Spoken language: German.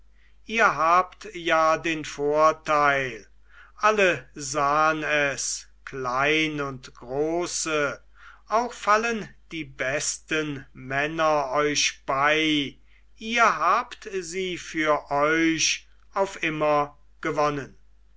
ihr habt ja den vorteil alle sahen es klein und große auch fallen die besten männer euch bei ihr habt sie für euch auf immer gewonnen